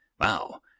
Wow